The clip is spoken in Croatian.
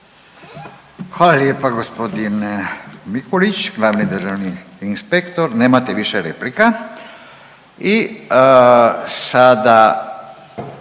Hvala lijepa g. Mikulić, glavni državni inspektor, nemate više replika.